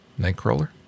nightcrawler